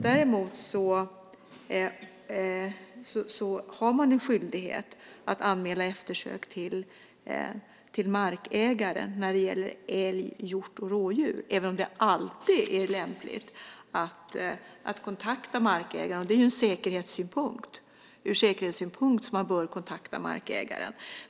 Däremot har man skyldighet att anmäla eftersök till markägare när det gäller älg, hjort och rådjur, även om det alltid är lämpligt att kontakta markägaren. Det är ju ur säkerhetssynpunkt som man bör kontakta markägaren.